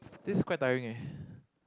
this quite tiring eh